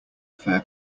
fair